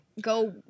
go